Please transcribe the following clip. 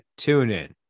TuneIn